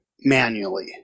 manually